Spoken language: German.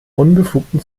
unbefugten